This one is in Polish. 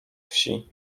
wsi